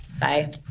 Bye